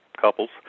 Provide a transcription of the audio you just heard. couples